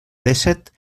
dèsset